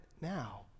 now